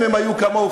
אם הם היו כמוהו,